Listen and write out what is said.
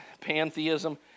pantheism